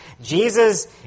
Jesus